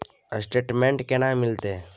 Statement केना मिलते?